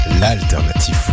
l'alternative